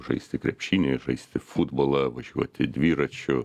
žaisti krepšinį žaisti futbolą važiuoti dviračiu